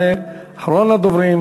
יעלה אחרון הדוברים,